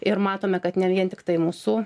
ir matome kad ne vien tiktai mūsų